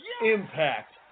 Impact